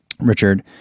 Richard